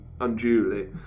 unduly